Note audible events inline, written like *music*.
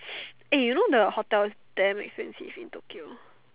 *noise* eh you know the hotels damn expensive in Tokyo